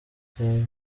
cyazanye